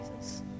Jesus